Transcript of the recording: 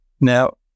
Now